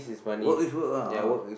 work is work ah ah